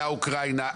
היה אוקראינה.